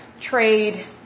trade